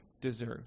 deserve